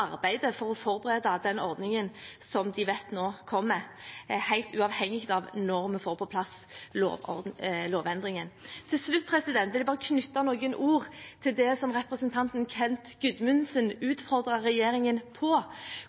arbeidet med å forberede den ordningen som de vet at nå kommer, helt uavhengig av når vi får på plass lovendringen. Til slutt vil jeg bare knytte noen ord til det som representanten Kent Gudmundsen utfordret regjeringen på: